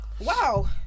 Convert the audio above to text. Wow